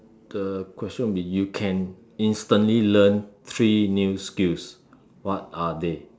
the question will be you can instantly learn three new skills what are they